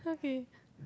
okay